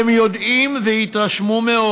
הם יודעים והתרשמו מאוד.